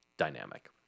dynamic